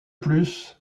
plus